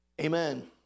Amen